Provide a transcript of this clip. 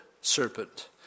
serpent